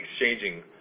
exchanging